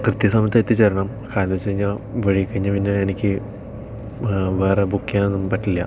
കൃത്യ സമയത്ത് എത്തിച്ചേരണം ആലോചിച്ചു കഴിഞ്ഞാൽ വൈകിക്കഴിഞ്ഞാൽ പിന്നെ എനിക്ക് വേറെ ബുക്ക് ചെയ്യാൻ ഒന്നും പറ്റില്ല